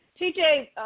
TJ